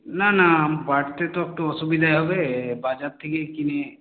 না না বাড়িতে তো একটু অসুবিধাই হবে বাজার থেকে কিনে